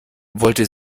wollte